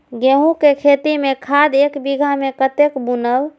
गेंहू के खेती में खाद ऐक बीघा में कते बुनब?